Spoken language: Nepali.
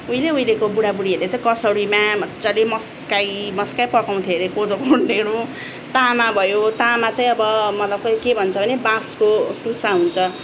उहिले उहिलेको बुडा बुडीहरूले चाहिँ कसौडीमा मज्जाले मस्काई मस्काई पकाउँथे हरे कोदोको ढेँडो ताँमा भयो ताँमा चाहिँ अब मतलब खै के भन्छ भने बाँसको टुसा हुन्छ